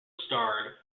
starred